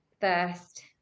first